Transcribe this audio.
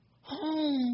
home